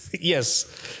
Yes